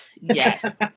Yes